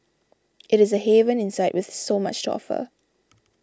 it is a haven inside with so much to offer